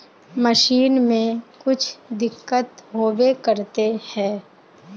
Machine में कुछ दिक्कत होबे करते है?